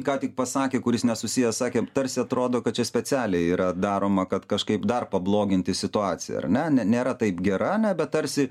ką tik pasakė kuris nesusijęs sakė tarsi atrodo kad čia specialiai yra daroma kad kažkaip dar pabloginti situaciją ar ne ne nėra taip gera ne bet tarsi